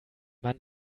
man